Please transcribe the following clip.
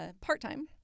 part-time